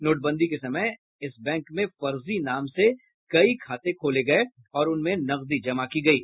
नोटबंदी के समय इस बैंक में फर्जी नामों से कई खाते खोले गए और उनमें नकदी जमा की गयी